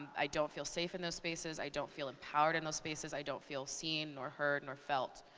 i don't feel safe in those spaces. i don't feel empowered in those spaces. i don't feel seen, nor heard, nor felt,